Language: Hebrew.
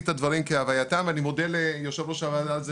את הדברים כהווייתם ואני מודה ליושב-ראש הוועדה על זה